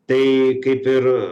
tai kaip ir